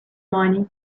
money